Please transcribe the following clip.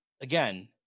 again